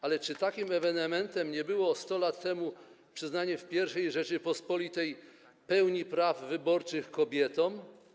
Ale czy takim ewenementem nie było 100 lat temu przyznanie w I Rzeczypospolitej pełni praw wyborczych kobietom?